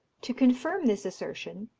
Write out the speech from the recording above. to confirm this assertion,